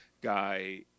guy